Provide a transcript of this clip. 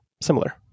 similar